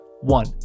One